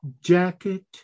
jacket